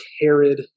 Herod